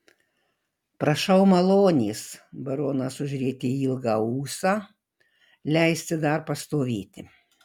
prašau malonės baronas užrietė ilgą ūsą leisti dar pastovėti